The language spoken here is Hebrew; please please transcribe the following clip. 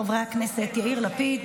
חברי הכנסת יאיר לפיד,